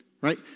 right